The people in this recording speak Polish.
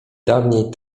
dawniej